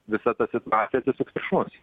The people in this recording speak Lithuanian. visa ta situacija atsisuks prieš mus